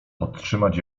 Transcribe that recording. podtrzymać